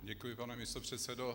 Děkuji, pane místopředsedo.